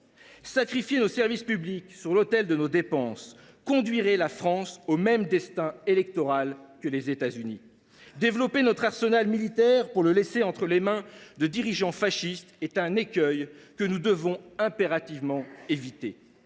Sacrifier nos services publics sur l’autel de notre défense conduirait la France au même destin électoral que les États Unis. Développer notre arsenal militaire pour le laisser entre les mains de dirigeants fascistes est un écueil que nous devons impérativement éviter.